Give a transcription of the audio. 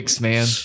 man